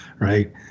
right